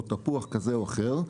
או תפוח כזה עם אחר,